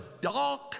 dark